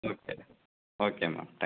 okay okay madam